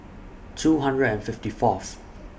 two hundred and fifty Fourth